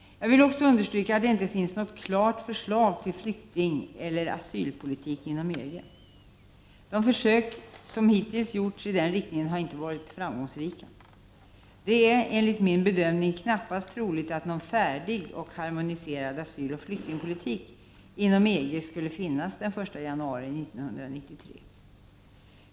Jag vill också understryka att det inte finns något klart förslag till flyktingeller asylpolitik inom EG. De försök som hittills har gjorts i den riktningen har inte varit framgångsrika. Det är, enligt min bedömning, knappast troligt att någon färdig och harmoniserad asyloch flyktingpolitik inom EG skulle finnas den 1 januari 1993.